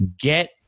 get